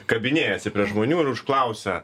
kabinėjasi prie žmonių ir užklausia